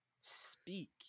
speak